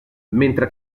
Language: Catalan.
mentre